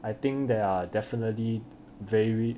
I think there are definitely vary